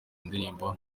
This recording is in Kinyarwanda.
ndirimbo